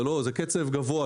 זה קצב גבוה,